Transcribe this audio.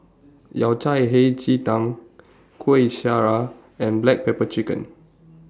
Yao Cai Hei Ji Tang Kuih Syara and Black Pepper Chicken